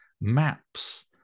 maps